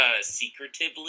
secretively